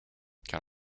can